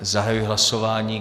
Zahajuji hlasování.